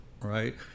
right